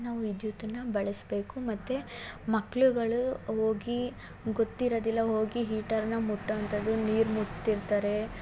ನಾವು ವಿದ್ಯುತ್ತುನ್ನು ಬಳಸ್ಬೇಕು ಮತ್ತು ಮಕ್ಕಳು ಹೋಗಿ ಗೊತ್ತಿರದಿಲ್ಲ ಹೋಗಿ ಹೀಟರ್ನ ಮುಟ್ಟೋವಂಥದ್ದು ನೀರು ಮುಟ್ತಿರ್ತಾರೆ